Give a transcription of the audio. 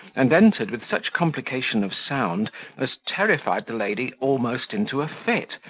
and entered with such complication of sound as terrified the lady almost into a fit,